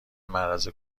معرض